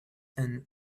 and